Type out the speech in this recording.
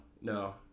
No